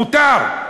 מותר.